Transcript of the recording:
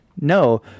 no